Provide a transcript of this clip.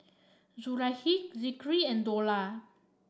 Zulaikha Zikri and Dollah